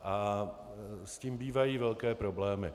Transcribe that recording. A s tím bývají velké problémy.